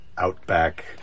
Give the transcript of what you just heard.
Outback